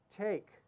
Take